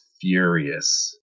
furious